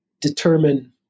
determine